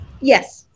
Yes